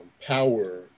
power